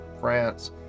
France